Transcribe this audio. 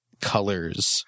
colors